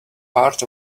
part